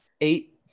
Eight